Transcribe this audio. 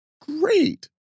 great